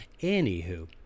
Anywho